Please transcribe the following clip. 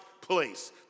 place